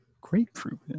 Grapefruit